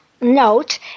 note